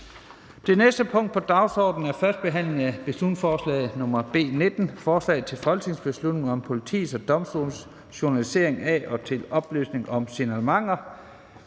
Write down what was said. Det næste punkt på dagsordenen er: 2) 1. behandling af beslutningsforslag nr. B 19: Forslag til folketingsbeslutning om politiets og domstolenes journalisering af og oplysning om signalementer.